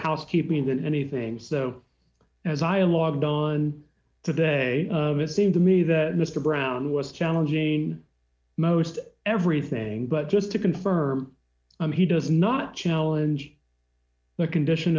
housekeeping than anything so as i am logged on today it seemed to me that mr brown was challenging most everything but just to confirm him he does not challenge the condition